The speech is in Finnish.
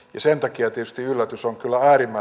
sen takia pysty yllätys on kyllä väärin hän